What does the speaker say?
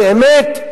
באמת,